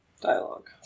Dialogue